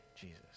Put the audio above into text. Jesus